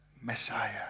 Messiah